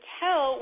tell